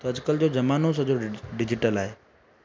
त अॼुकल्ह जो ज़मानो सॼो डिजिटल आहे